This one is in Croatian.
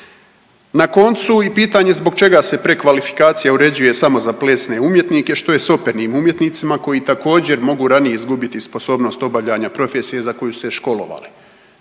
Na koncu i pitanje i zbog čega se prekvalifikacija uređuje samo za plesne umjetnike, što je s opernim umjetnicima koji također mogu ranije izgubiti sposobnost obavljanja profesije za koju su se školovali?